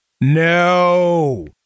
No